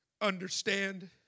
understand